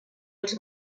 els